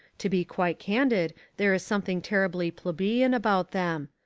to be quite candid there is something terribly plebeian about them.